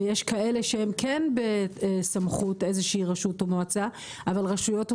ויש כאלה שהם כן בסמכות איזושהי רשות או מועצה אבל רשויות או